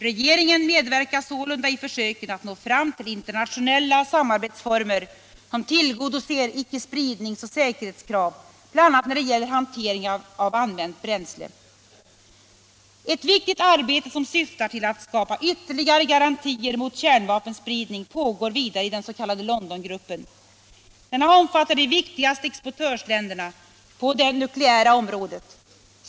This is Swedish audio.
Regeringen medverkar sålunda i försöken att nå fram till internationella samarbetsformer, som tillgodoser icke-spridningsoch säkerhetskrav, bl.a. när det gäller hantering av använt kärnbränsle. Ett viktigt arbete som syftar till att skapa ytterligare garantier mot kärnvapenspridning pågår vidare i den s.k. Londongruppen. Denna omfattar de viktigare exportörsländerna på det nukleära området.